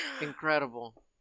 Incredible